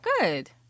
Good